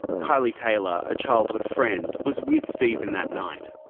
kylie taylor, a childhood friend, was with stephen that night.